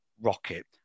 Rocket